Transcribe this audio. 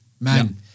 Man